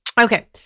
Okay